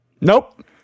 Nope